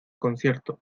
concierto